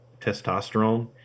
testosterone